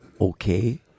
okay